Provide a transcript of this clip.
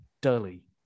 dully